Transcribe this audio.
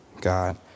God